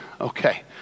Okay